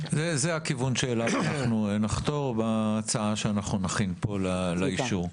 זה הכיוון שאליו אנחנו נחתור בהצעה שאנחנו נכין פה לאישור.